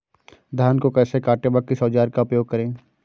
धान को कैसे काटे व किस औजार का उपयोग करें?